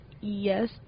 yes